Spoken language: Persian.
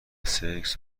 سکس